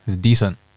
Decent